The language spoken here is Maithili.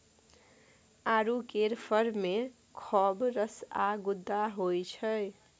आड़ू केर फर मे खौब रस आ गुद्दा होइ छै